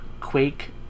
Quake